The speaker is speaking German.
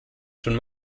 schon